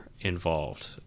involved